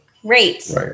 Great